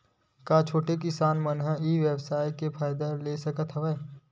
का छोटे किसान मन ई व्यवसाय के फ़ायदा ले सकत हवय?